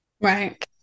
Right